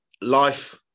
life